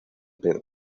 pedro